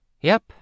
Yep